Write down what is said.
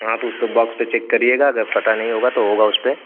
हाँ तो उसके बॉक्स पर चेक करिएगा अगर पता नहीं होगा तो होगा उसपर